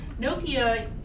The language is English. Nokia